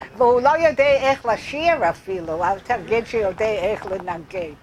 והוא לא יודע איך לשיר אפילו, אל תגיד שיודע איך לנגן.